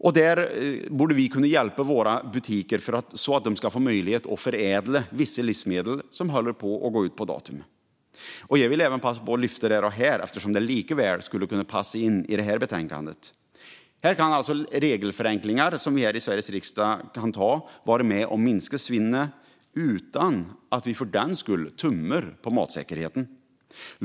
Vi borde kunna hjälpa våra butiker så att de kan förädla vissa livsmedel vars datum håller på att gå ut. Jag vill passa på att lyfta upp denna fråga här eftersom den likaväl skulle passa in i det här betänkandet. Här kan alltså regelförenklingar som riksdagen kan anta vara med och minska svinnet utan att vi för den skull tummar på matsäkerheten.